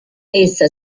essa